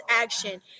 action